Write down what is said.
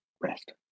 rest